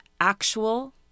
actual